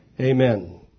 Amen